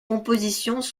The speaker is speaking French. compositions